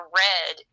red